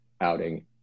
outing